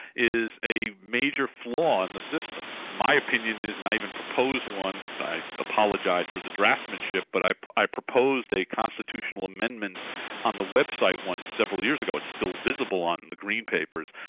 is a major flaw in the system. my opinion is, and i even proposed one, but i apologise for the draftsmanship, but i i proposed a constitutional amendment on the website once, several years ago, it's still visible on the green papers,